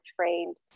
trained